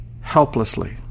helplessly